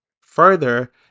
Further